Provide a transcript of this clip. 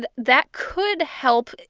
that that could help,